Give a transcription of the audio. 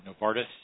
Novartis